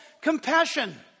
compassion